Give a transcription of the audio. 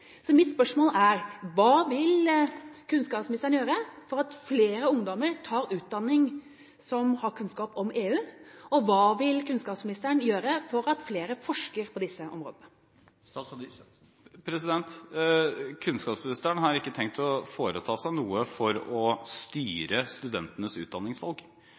Mitt spørsmål er: Hva vil kunnskapsministeren gjøre for at flere ungdommer tar utdanning som gir kunnskap om EU? Og hva vil kunnskapsministeren gjøre for at flere forsker på disse områdene? Kunnskapsministeren har ikke tenkt å foreta seg noe for å styre studentenes utdanningsvalg.